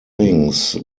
things